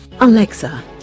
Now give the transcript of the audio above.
Alexa